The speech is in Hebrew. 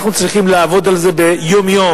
אנחנו צריכים לעבוד על זה ביום-יום,